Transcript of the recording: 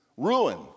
Ruin